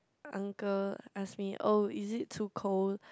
uncle asked me oh is it too cold